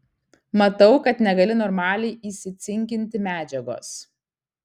matau kad negali normaliai įsicinkinti medžiagos